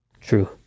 true